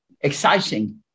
Exciting